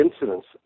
incidents